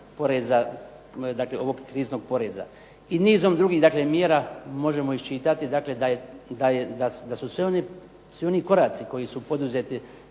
kriznog poreza. I nizom drugih dakle mjera možemo iščitati dakle da je, da su svi oni koraci koji su poduzeti